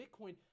bitcoin